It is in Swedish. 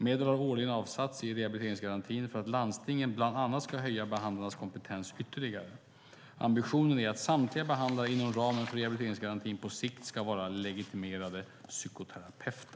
Medel har årligen avsatts i rehabiliteringsgarantin för att landstingen bland annat ska höja behandlarnas kompetens ytterligare. Ambitionen är att samtliga behandlare inom ramen för rehabiliteringsgarantin på sikt ska vara legitimerade psykoterapeuter.